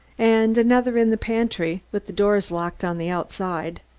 and another in the pantry, with the doors locked on the outside.